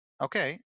Okay